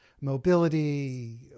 mobility